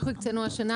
הקצנו השנה